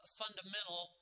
fundamental